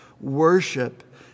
worship